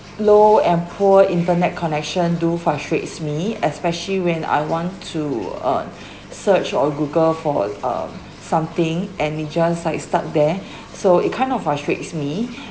low and poor internet connection do frustrates me especially when I want to uh search on google for uh something and it just like stuck there so it kind of frustrates me